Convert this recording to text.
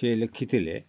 ସେ ଲେଖିଥିଲେ